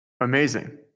Amazing